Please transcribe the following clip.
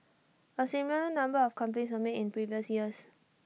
A similar number of complaints were made in previous years